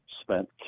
spent